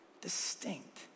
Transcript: distinct